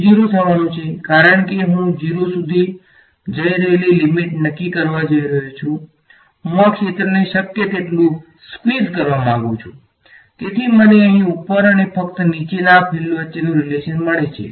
તે 0 પર જવાનું છે કારણ કે હું 0 સુધી જઈ રહેલી લીમીટ નક્કી કરવા જઈ રહ્યો છું હું આ ક્ષેત્રને શક્ય તેટલું સ્ક્વિઝ કરવા માંગુ છું તેથી મને અહીં ઉપર અને ફક્ત નીચે ના ફીલ્ડ વચ્ચેનો રીલેશન મળે છે